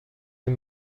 این